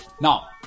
now